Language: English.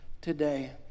today